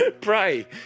pray